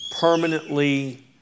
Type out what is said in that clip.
permanently